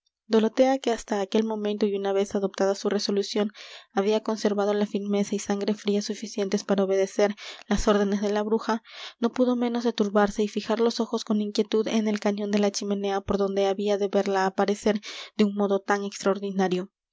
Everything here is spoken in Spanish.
dorotea que hasta aquel momento y una vez adoptada su resolución había conservado la firmeza y sangre fría suficientes para obedecer las órdenes de la bruja no pudo menos de turbarse y fijar los ojos con inquietud en el cañón de la chimenea por donde había de verla aparecer de un modo tan extraordinario